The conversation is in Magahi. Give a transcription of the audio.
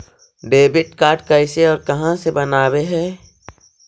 डेबिट कार्ड कैसे और कहां से बनाबे है?